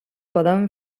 poden